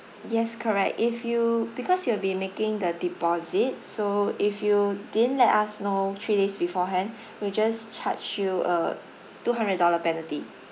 yes correct if you because you will be making the deposit so if you didn't let us know three days beforehand we'll just charge you a two hundred dollar penalty